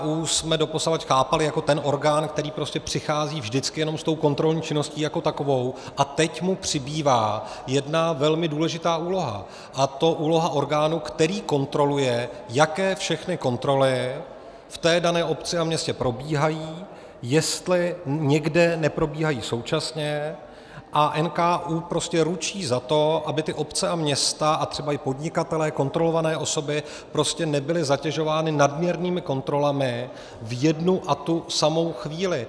NKÚ jsme doposavad chápali jako ten orgán, který prostě přichází vždycky jenom s tou kontrolní činností jako takovou, a teď mu přibývá jedna velmi důležitá úloha, a to úloha orgánu, který kontroluje, jaké všechny kontroly v té dané obci a městě probíhají, jestli někde neprobíhají současně, a NKÚ prostě ručí za to, aby ty obce a města a třeba i podnikatelé, kontrolované osoby, nebyli zatěžováni nadměrnými kontrolami v jednu a tu samou chvíli.